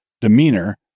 demeanor